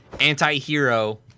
anti-hero